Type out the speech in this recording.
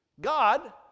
God